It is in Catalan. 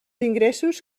ingressos